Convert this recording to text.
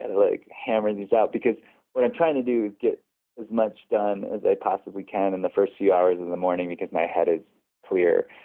and like hammer these out. because what i'm trying to do is get as much done as i possibly can in the first few hours of the morning because my head is clear,